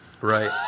Right